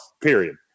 period